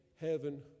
Heaven